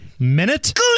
Minute